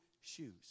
shoes